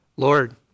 Lord